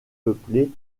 peuplé